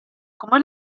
come